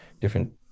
different